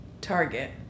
Target